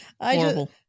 Horrible